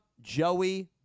Joey